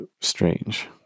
Strange